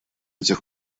тех